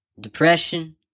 depression